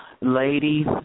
Ladies